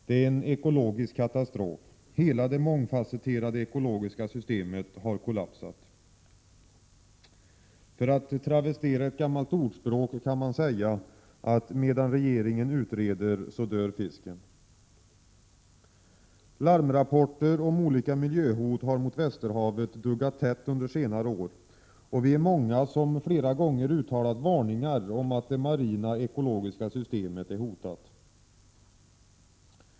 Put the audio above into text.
Det är en ekologisk katastrof. Hela det mångfacetterade ekologiska systemet har kollapsat. Om man travesterar ett gammalt ordspråk kan man säga att medan regeringen utreder dör fisken. Larmrapporter om olika miljöhot mot Västerhavet har duggat tätt under senare år. Och vi är många som flera gånger uttalat varningar om att det marina ekologiska systemet är hotat.